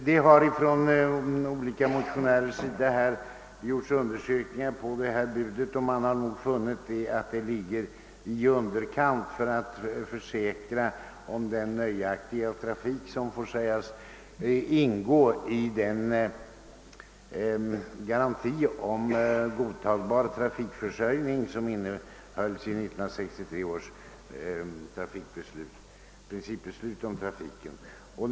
Det har på flera håll bland motionärerna gjorts undersökningar om Kungl. Maj:ts bud, och man har därvid funnit att det ligger i underkant för att kunna ge sådana nöjaktiga trafikförbindelser för glesbygderna, som får sägas ingå i den garanti om godtagbar trafikförsörjning, vilken innefattades i 1963 års trafikpolitiska beslut.